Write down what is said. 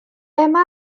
emma